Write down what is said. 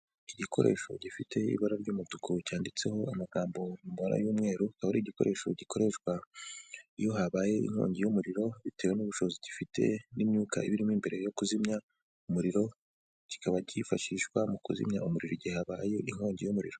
Igikoresho gifite ibara ry'umutuku cyanditseho amagambo mbona y'umweru, akaba ari igikoresho gikoreshwa iyo habaye inkongi y'umuriro, bitewe n'ubushobozi gifite n'imyuka iba irimo imbere yo kuzimya umuriro, kikaba cyifashishwa mu kuzimya umuriro igihe habaye inkongi y'umuriro.